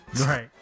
Right